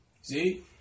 See